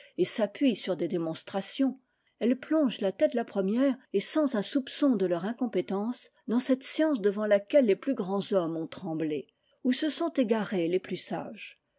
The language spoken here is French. et s'appuie sur des démonstrations elles plongent la tête la première et sans un soupçon de leur incompétence dans cette science devant laquelle les plus grands hommes ont tremblé où se sont égarés les plus sages